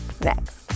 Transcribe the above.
Next